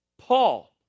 Paul